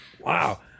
Wow